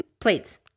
plates